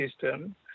system